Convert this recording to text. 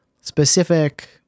specific